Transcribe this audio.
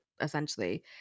essentially